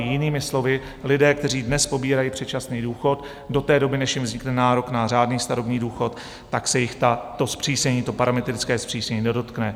Jinými slovy, lidé, kteří dnes pobírají předčasný důchod, do té doby, než jim vznikne nárok na řádný starobní důchod, se jich to parametrické zpřísnění nedotkne.